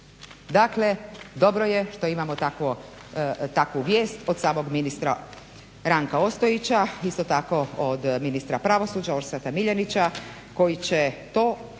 Dakle, dobro je da imamo takvu vijest od samog ministra Ranka Ostojića. Isto tako od ministra pravosuđa Orsada Miljanića koji će to